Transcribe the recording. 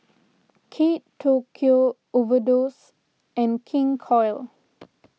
Kate Tokyo Overdose and King Koil